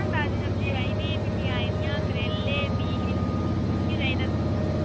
आं ताजी सब्जी आई दी भिंडियां आई दियां करेले बीन केह् चाहिदा तुसेंगी